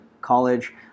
college